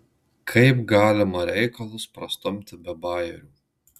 kaip galima reikalus prastumti be bajerių